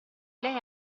lei